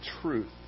truth